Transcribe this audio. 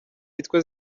yitwa